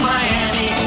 Miami